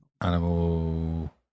Animal